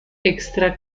extra